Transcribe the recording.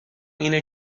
اینه